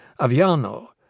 Aviano